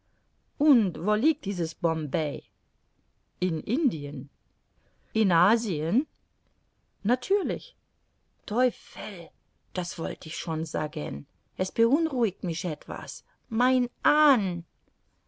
und wo liegt dies bombay in indien in asien natürlich teufel das wollt ich schon sagen es beunruhigt mich etwas mein hahn